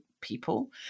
people